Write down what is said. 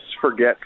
forget